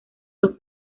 dos